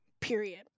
period